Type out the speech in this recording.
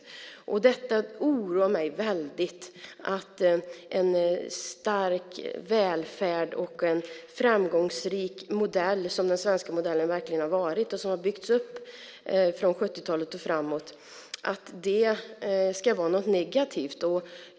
Det oroar mig väldigt att en stark välfärd och en så framgångsrik modell som den svenska modellen verkligen har varit och som har byggts upp från 70-talet och framåt ska vara något negativt.